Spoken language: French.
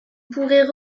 pourrait